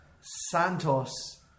Santos